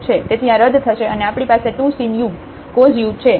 તેથી આ રદ થશે અને આપણી પાસે 2 sin u cos u છે જે sin 2 u છે